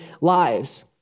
lives